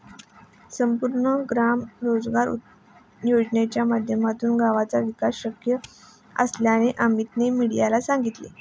संपूर्ण ग्राम रोजगार योजनेच्या माध्यमातूनच गावाचा विकास शक्य असल्याचे अमीतने मीडियाला सांगितले